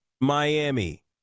Miami